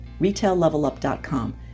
RetailLevelUp.com